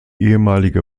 ehemalige